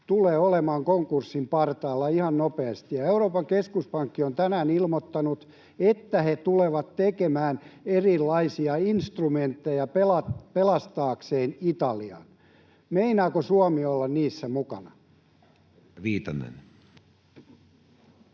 tulee olemaan konkurssin partaalla ihan nopeasti. Ja Euroopan keskuspankki on tänään ilmoittanut, että he tulevat tekemään erilaisia instrumentteja pelastaakseen Italian. Meinaako Suomi olla niissä mukana? [Speech